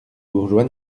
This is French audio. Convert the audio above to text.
bourgeois